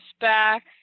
back